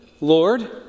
Lord